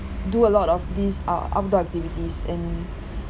do a lot of these uh outdoor activities and